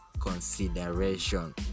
consideration